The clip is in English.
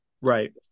Right